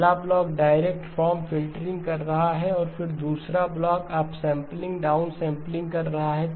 पहला block direct form filtering कर रहा है और फिर दूसरा ब्लॉक अपसैंपलिंग डाउन सैंपलिंग कर रहा है